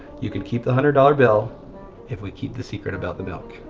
you can keep the hundred-dollar bill if we keep the secret about the milk.